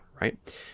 Right